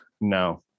no